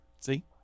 See